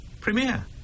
premier